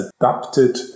adapted